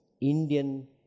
Indian